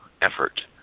effort